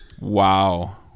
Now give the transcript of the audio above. Wow